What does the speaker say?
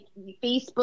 Facebook